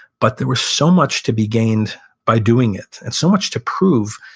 but there was so much to be gained by doing it and so much to prove,